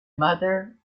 mother